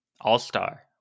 all-star